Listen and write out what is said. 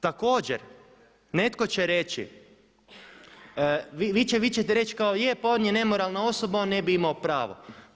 Također, netko će reći, vi ćete reći kao je pa on je nemoralna osoba, on ne bi imao pravo.